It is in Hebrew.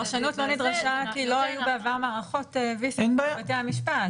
את ההתחשבות במהותו של הדיון כיוונו לכך,